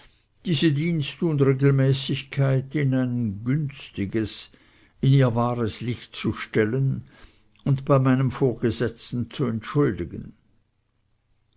diese dienstunregelmäßigkeit in ein günstiges in ihr wahres licht zu stellen und bei meinem vorgesetzten zu entschuldigen